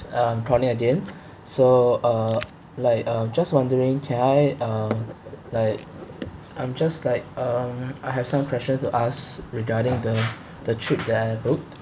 I'm calling again so uh like uh just wondering can I uh like I'm just like um I have some question to ask regarding the the trip that I booked